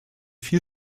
viel